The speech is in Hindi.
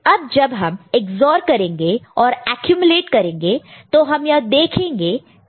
अब जब हम EX OR करेंगे और एक्यूमिलेट करेंगे तो हम यह देखते हैं की 2 1's है